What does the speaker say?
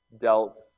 dealt